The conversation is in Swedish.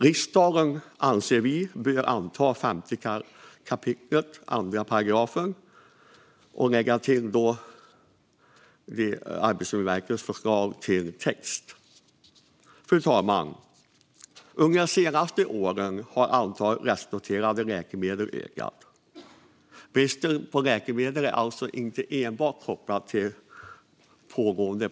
Vi anser att riksdagen bör ställa sig bakom det som står i 5 kap. 2 § och lägga till Arbetsmiljöverkets förslag till text. Fru talman! Under de senaste åren har antalet restnoterade läkemedel ökat. Bristen på läkemedel är alltså inte enbart kopplad till pandemin.